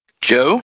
Joe